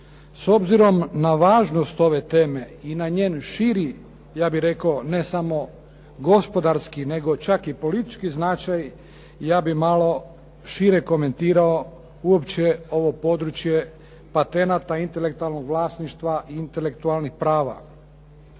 S obzirom na važnost ove teme i na njen širi ja bih rekao ne samo gospodarski, nego čak i politički značaj ja bih malo šire komentirao uopće ovo područje patenata, intelektualnog vlasništva i intelektualnih prava.